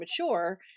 mature